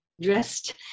dressed